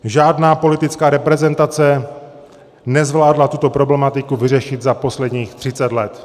Žádná politická reprezentace nezvládla tuto problematiku vyřešit za posledních 30 let.